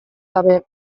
gabe